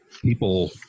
people